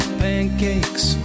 pancakes